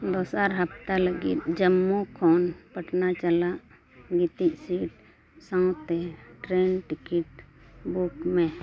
ᱫᱚᱥᱟᱨ ᱦᱟᱯᱛᱟ ᱞᱟᱹᱜᱤᱫ ᱡᱚᱢᱢᱩ ᱠᱷᱚᱱ ᱯᱟᱴᱱᱟ ᱪᱟᱞᱟᱜ ᱜᱤᱛᱤᱡ ᱥᱤᱴ ᱥᱟᱶᱛᱮ ᱴᱨᱮᱹᱱ ᱴᱤᱠᱤᱴ ᱵᱩᱠᱢᱮ